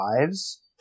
lives